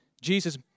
Jesus